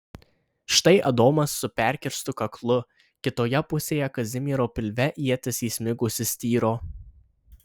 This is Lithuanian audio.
štai adomas su perkirstu kaklu kitoje pusėje kazimiero pilve ietis įsmigusi styro